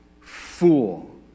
Fool